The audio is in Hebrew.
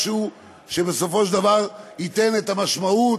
משהו שבסופו של דבר ייתן את המשמעות